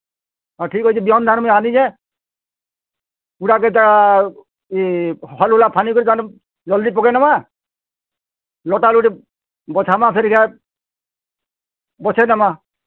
ହଁ ଠିକ୍ ଅଛେ ବିହନ ଧାନ୍ ମୁଇଁ ଆନିଛେ ହୁଡ଼ାକେ ତା' ହଲ୍ ହୁଲା ପାନି ଜଲ୍ଦି ପକାଇ ନମା ଲଟା ଲୁଟି ବଛାମା ଫିର୍ ବଛାଇ ଦେମା